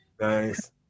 Nice